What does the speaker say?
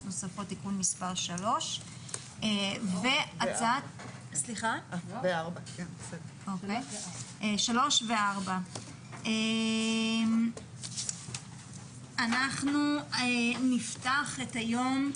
נוספות (תיקון מס' 3) ו-(תיקון מס' 4). אנחנו נפתח את היום.